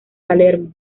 palermo